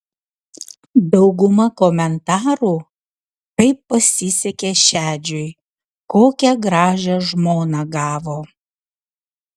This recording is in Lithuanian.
dauguma komentarų kaip pasisekė šedžiui kokią gražią žmoną gavo